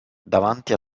davanti